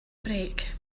break